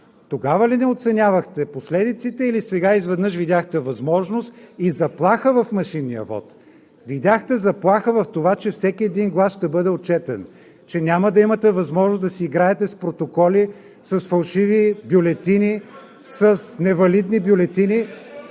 Тогава ли не оценявахте последиците или сега изведнъж видяхте възможност и заплаха в машинния вот? Видяхте заплаха в това, че всеки един глас ще бъде отчетен, че няма да имате възможност да си играете с протоколи, с фалшиви бюлетини, с невалидни бюлетини